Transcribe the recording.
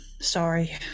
sorry